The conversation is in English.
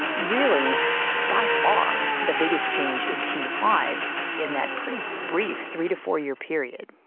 really by far the biggest change in teens' lives in that pretty brief three to four-year period